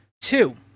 Two